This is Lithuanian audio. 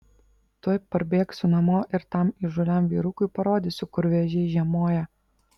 tuoj parbėgsiu namo ir tam įžūliam vyrukui parodysiu kur vėžiai žiemoja